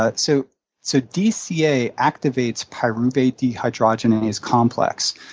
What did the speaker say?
but so so dca activates pyruvate dehydrogenase complex,